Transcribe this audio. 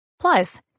Plus